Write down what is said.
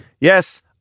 Yes